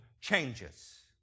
changes